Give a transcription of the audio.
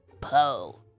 Poe